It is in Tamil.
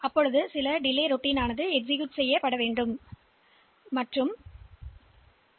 எனவே பிட் நேரத்திற்கு உங்களுக்கு சில தாமத வழக்கம் உள்ளது